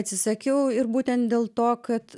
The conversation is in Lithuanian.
atsisakiau ir būtent dėl to kad